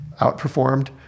outperformed